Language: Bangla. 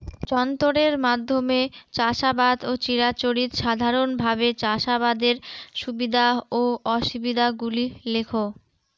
যন্ত্রের মাধ্যমে চাষাবাদ ও চিরাচরিত সাধারণভাবে চাষাবাদের সুবিধা ও অসুবিধা গুলি লেখ?